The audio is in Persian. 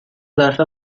ظرف